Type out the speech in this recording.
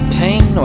pain